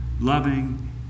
loving